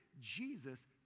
Jesus